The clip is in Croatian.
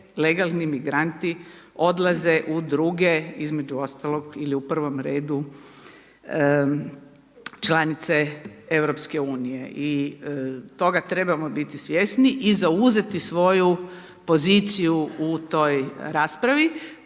legalni migranti odlaze u druge između ostalog ili u prvom redu članice Europske unije i toga trebamo biti svjesni i zauzeti svoju poziciju u toj raspravi,